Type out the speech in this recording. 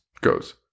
goes